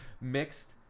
mixed